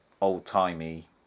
old-timey